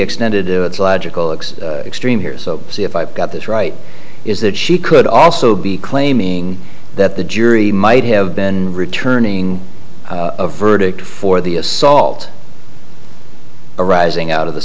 extended to it's logical it's extreme here so see if i've got this right is that she could also be claiming that the jury might have been returning a verdict for the assault arising out of the